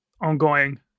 ongoing